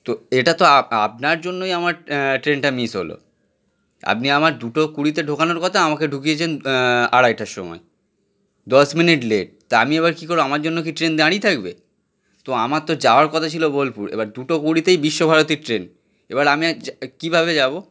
তো এটা তো আপনার জন্যই আমার ট্রেনটা মিস হলো আপনি আমার দুটো কুড়িতে ঢোকানোর কথা আমাকে ঢুকিয়েছেন আড়াইটার সময় দশ মিনিট লেট তা আমি এবার কী করব আমার জন্য কি ট্রেন দাঁড়িয়ে থাকবে তো আমার তো যাওয়ার কথা ছিল বোলপুর এবার দুটো কুড়িতেই বিশ্বভারতীর ট্রেন এবার আমি আর যা কীভাবে যাব